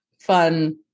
fun